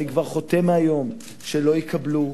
אני חותם כבר מהיום שלא יקבלו,